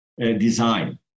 design